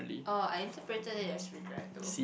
uh I interpreted it as regret though